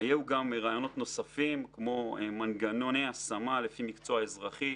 היו גם רעיונות נוספים כמו מנגנוני השמה לפי מקצוע אזרחי,